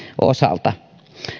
osalta